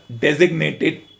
designated